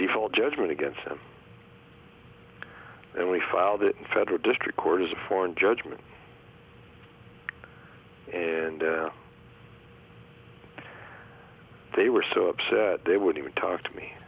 default judgment against him and we filed in federal district court as a foreign judgment and they were so upset they would even talk to me